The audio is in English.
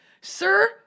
sir